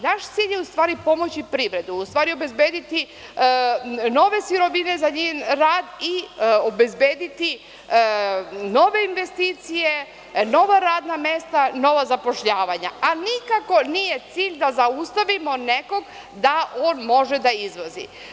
Naš cilj je u stvari pomoći privredi, obezbediti nove sirovine za njen rad i obezbediti nove investicije, nova radna mesta i nova zapošljavanja, a nikako nije cilj da zaustavimo nekog da on može da izvozi.